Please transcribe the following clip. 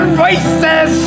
voices